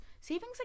Savings